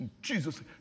Jesus